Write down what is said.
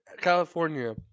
california